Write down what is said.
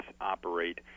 operate